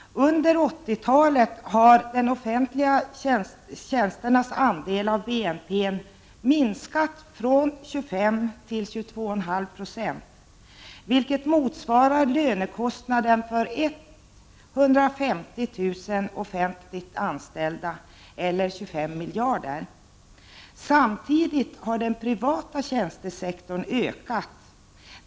Under 80-talet har de offentliga tjänsternas andel av BNP minskat från 25 till 22,5 26, vilket motsvarar lönekostnader för 150 000 offentligt anställda, eller 25 miljarder. Samtidigt har den privata tjänstesektorn ökat.